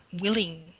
willing